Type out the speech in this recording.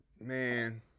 Man